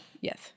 yes